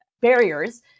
barriers